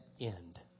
end